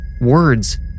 words